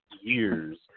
years